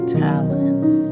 talents